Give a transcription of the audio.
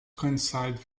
coincide